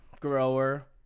grower